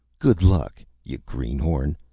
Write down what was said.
good luck, yuh greenhorn.